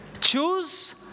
choose